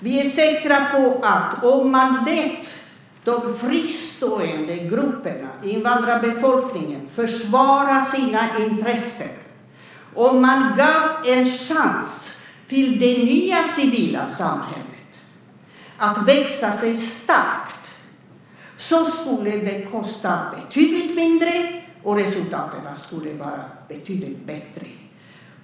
Vi är säkra på att om man låter de fristående grupperna, invandrarbefolkningen, försvara sina intressen, om man ger en chans för det nya civila samhället att växa sig starkt, skulle det kosta betydligt mindre och resultaten bli betydligt bättre.